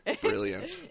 Brilliant